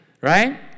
right